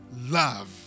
Love